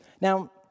Now